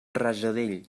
rajadell